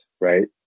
right